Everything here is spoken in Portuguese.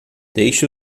deixe